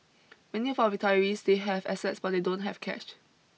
many of our retirees they have assets but they don't have cash